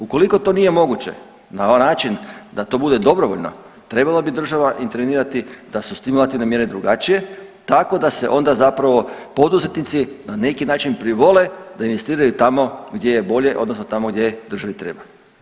Ukoliko to nije moguće na ovaj način da to bude dobrovoljno trebala bi država intervenirati da su stimulativne mjere drugačije tako da se onda zapravo poduzetnici na neki način privole da investiraju tamo gdje je bolje odnosno tamo gdje državi treba.